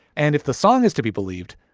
and if the song is to be believed,